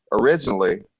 originally